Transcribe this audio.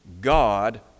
God